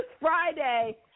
Friday